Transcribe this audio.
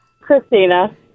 Christina